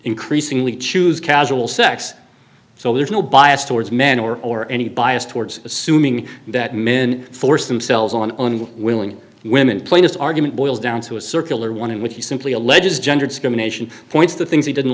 increasingly choose casual sex so there's no bias towards men or or any bias towards assuming that men force themselves on willing women plainest argument boils down to a circular one in which he simply alleges gender discrimination points the things he didn't